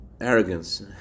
arrogance